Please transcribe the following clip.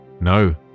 No